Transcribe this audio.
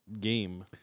game